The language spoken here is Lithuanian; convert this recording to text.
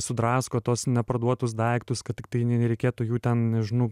sudrasko tuos neparduotus daiktus kad tiktai ne nereikėtų jų ten nežinau